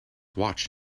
watch